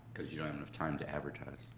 because you don't have enough time to advertise.